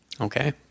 Okay